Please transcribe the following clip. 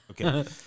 Okay